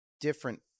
different